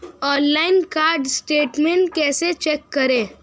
Online card statement कैसे check करें?